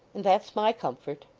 and that's my comfort